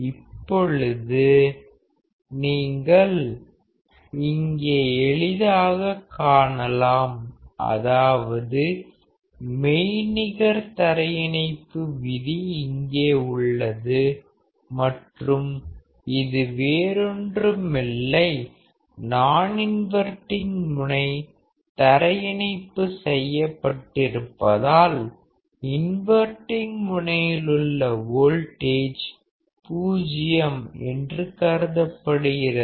இப்பொழுது நீங்கள் இங்கே எளிதாகக் காணலாம் அதாவது மெய்நிகர் தரையிணைப்பு விதி இங்கே உள்ளது மற்றும் இது வேறொன்றுமில்லை நான் இன்வர்டிங் முனை தரையிணைப்பு செய்யப்பட்டிருப்பதால் இன்வர்டிங் முனையிலுள்ள வோல்டேஜ் பூஜ்யம் என்று கருதப்படுகிறது